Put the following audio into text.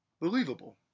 believable